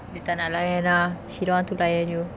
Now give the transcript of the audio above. dia tak nak layan ah she don't want to layan you